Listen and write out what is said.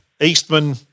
Eastman